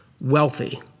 wealthy